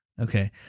Okay